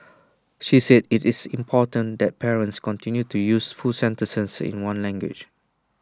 she said IT is important that parents continue to use full sentences in one language